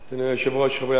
אדוני היושב-ראש, חברי הכנסת,